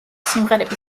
სიმღერები